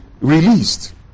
released